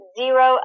zero